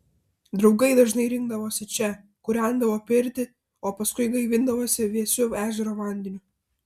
draugai dažnai rinkdavosi čia kūrendavo pirtį o paskui gaivindavosi vėsiu ežero vandeniu